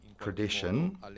Tradition